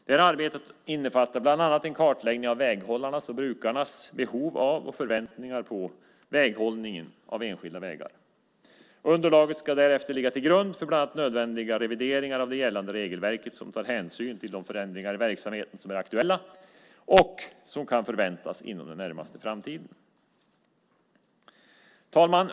Det här arbetet innefattar bland annat en kartläggning av väghållarnas och brukarnas behov av, och förväntningar på, väghållning av enskilda vägar. Underlaget ska därefter ligga till grund för bland annat nödvändiga revideringar av det gällande regelverket som tar hänsyn till de förändringar i verksamheten som är aktuella och som kan förväntas inom den närmaste framtiden. Fru talman!